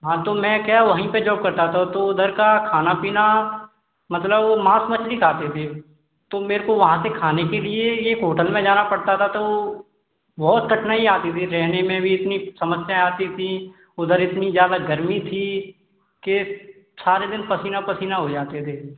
हाँ तो मैं क्या वहीं पर जॉब करता था तो उधर का खाना पीना मतलब माँस मछली खाते थे तो मेरे को वहाँ पर खाने के लिए एक होटल में जाना पड़ता था तो बहुत कठिनाई आती थी रहने में भी इतनी समस्याएँ आती थीं उधर इतनी ज़्यादा गर्मी थी के सारे दिन पसीना पसीना हो जाते थे